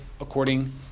according